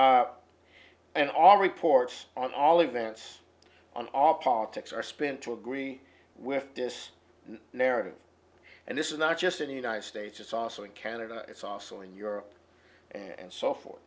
and and all reports on all events on all politics are spin to agree with this narrative and this is not just in the united states it's also in canada it's also in europe and so forth